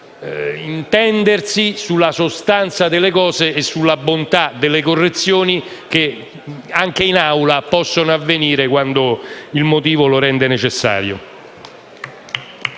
modo di intendersi sulla sostanza delle cose e sulla bontà delle correzioni, che anche in Assemblea possono avvenire, quando ciò si rende necessario.